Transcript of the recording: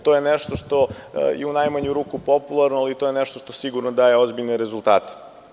To je nešto što je u najmanju ruku popularno, ali to je nešto što sigurno daje ozbiljne rezultate.